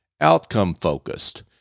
outcome-focused